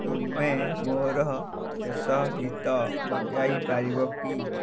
ତୁମେ ମୋର ଶେଷ ଗୀତ ବଜାଇ ପାରିବ କି